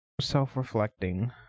self-reflecting